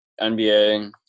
NBA